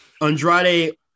Andrade